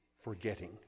forgetting